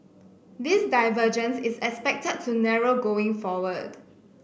this divergence is expected to narrow going forward